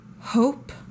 Hope